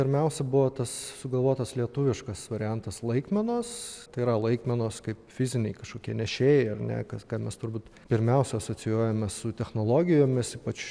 pirmiausia buvo tas sugalvotas lietuviškas variantas laikmenos tai yra laikmenos kaip fiziniai kažkokie nešėjai ar ne kas ką mes turbūt pirmiausia asocijuojame su technologijomis ypač